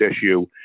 issue